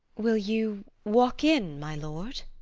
will you walk in, my lord?